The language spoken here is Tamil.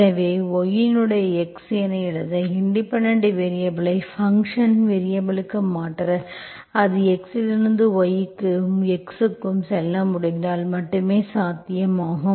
எனவே y இன் x என எழுத இண்டிபெண்டென்ட் வேரியபல்ஐ ஃபங்க்ஷன் வேரியபல்க்கு மாற்ற அது x இலிருந்து y க்கும் x க்கும் செல்ல முடிந்தால் மட்டுமே சாத்தியமாகும்